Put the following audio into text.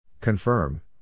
Confirm